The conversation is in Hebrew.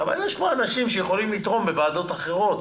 אבל יש פה אנשים שיכולים לתרום בוועדות אחרות.